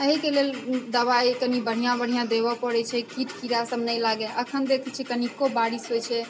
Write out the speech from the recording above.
एहिके लेल दवाइ कनी बढ़िआँ बढ़िआँ देवै पड़ैत छै कीट कीड़ा सब नहि लागैया अखन देखैत छी कनीको बारिश होइत छै